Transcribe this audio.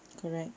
correct